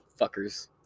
Fuckers